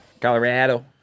Colorado